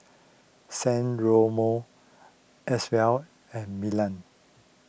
San Remo Acwell and Milan